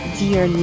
dear